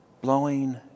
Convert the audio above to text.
blowing